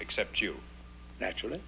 except you naturally